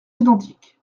identiques